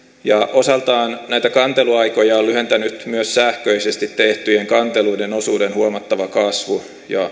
osaltaan näitä kanteluaikoja on lyhentänyt myös sähköisesti tehtyjen kanteluiden osuuden huomattava kasvu